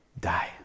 Die